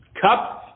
cup